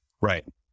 Right